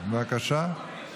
בבקשה.